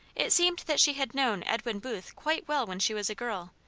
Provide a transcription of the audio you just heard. it seemed that she had known edwin booth quite well when she was a girl,